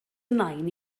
nain